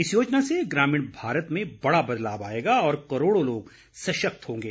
इस योजना से ग्रामीण भारत में बड़ा बदलाव आएगा और करोड़ों लोग सशक्त होंगे